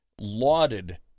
lauded